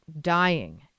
dying